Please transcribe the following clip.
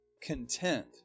content